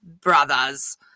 brothers